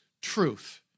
truth